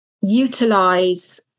utilize